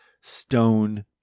stone